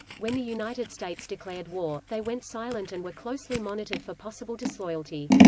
when the united states declared war, they went silent and were closely monitored for possible disloyalty.